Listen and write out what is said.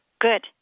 Good